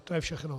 To je všechno.